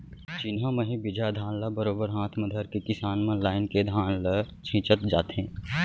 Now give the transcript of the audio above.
चिन्हा म ही बीजहा धान ल बरोबर हाथ म धरके किसान मन लाइन से धान ल छींचत जाथें